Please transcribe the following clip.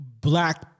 black